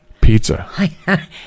pizza